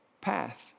path